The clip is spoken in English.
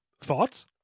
thoughts